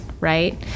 right